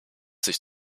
sich